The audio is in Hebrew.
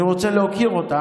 אני רוצה להוקיר אותם.